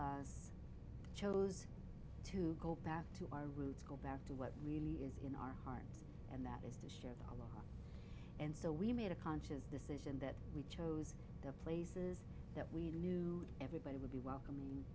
us chose to go back to our roots go back to what really is in our hearts and that is dish and so we made a conscious decision that we chose the places that we knew everybody would be welcoming